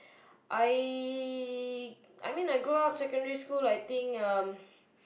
I I mean I grow up secondary school I think um